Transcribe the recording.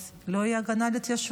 אז לא תהיה לנו הגנה על ההתיישבות,